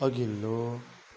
अघिल्लो